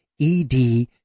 ED